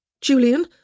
Julian